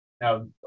Now